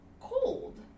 cold